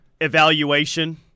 evaluation